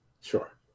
Sure